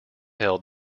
held